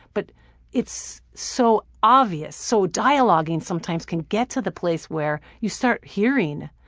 but it's so obvious. so dialoging sometimes can get to the place where you start hearing.